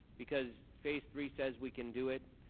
because phase three says we can do it.